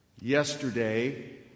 yesterday